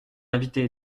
invité